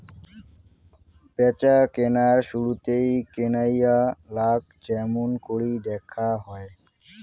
ব্যাচাকেনার শুরুতেই কেনাইয়ালাক য্যামুনকরি দ্যাখা হয়